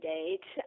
Date